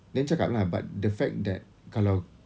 then cakap lah but the fact that kalau